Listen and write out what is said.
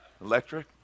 electric